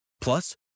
Plus